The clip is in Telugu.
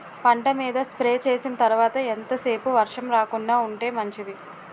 పంట మీద స్ప్రే చేసిన తర్వాత ఎంత సేపు వర్షం రాకుండ ఉంటే మంచిది?